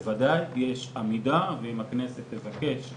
בוודאי יש עמידה ואם הכנסת תבקש,